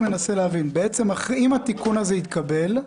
התיקון הזה יתקבל,